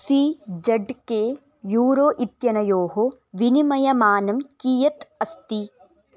C Z K euro इत्यनयोः विनिमयमानं कीयत् अस्ति